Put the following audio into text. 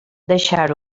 deixar